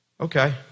Okay